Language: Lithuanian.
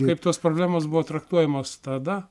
kaip tos problemos buvo traktuojamos tada